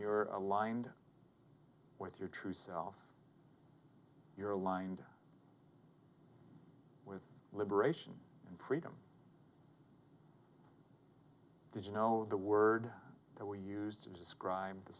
you're aligned with your true self your aligned with liberation and freedom did you know the word that we used to describe the